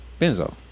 Benzo